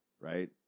right